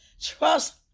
Trust